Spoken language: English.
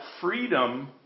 freedom